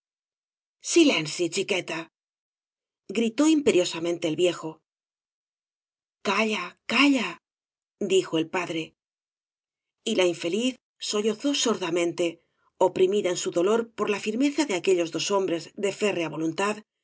silénsi chiquetaf gritó imperiosamente el viejo calla calla dijo el padre y la infeliz sollozó sordamente oprimida en su dolor por la firmeza de aquellos dos hombres de férrea voluntad